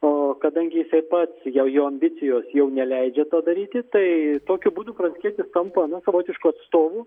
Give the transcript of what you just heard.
o kadangi jisai pats jau jo ambicijos jau neleidžia to daryti tai tokiu būdu pranckietis tampa na savotišku atstovu